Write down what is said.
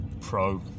pro